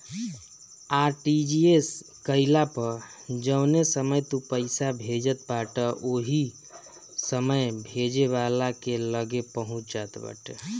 RTGS कईला पअ जवने समय तू पईसा भेजत बाटअ उ ओही समय भेजे वाला के लगे पहुंच जात बाटे